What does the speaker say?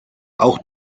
auch